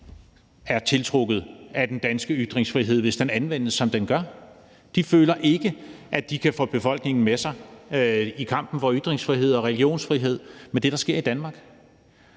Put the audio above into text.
er tiltrukket af den danske ytringsfrihed, hvis den anvendes, som den gør. De føler ikke, at de kan få befolkningen med sig i kampen for ytringsfrihed og religionsfrihed med det, der sker i Danmark.